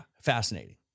fascinating